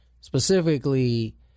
Specifically